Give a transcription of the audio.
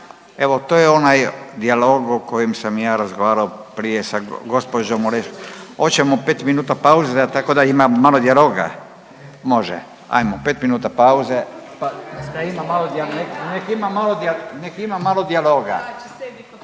Evo to je onaj dijalog o kojem sam ja razgovarao prije sa gđo. Orešković. Oćemo 5 minuta pauze tako da ima malo dijaloga? Može, ajmo 5 minuta pauze, pa da ima malo,